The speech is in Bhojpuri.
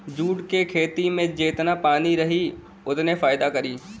जूट के खेती में जेतना पानी रही ओतने फायदा करी